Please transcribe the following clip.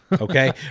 Okay